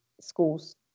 schools